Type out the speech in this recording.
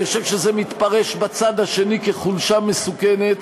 אני חושב שזה מתפרש בצד השני כחולשה מסוכנת,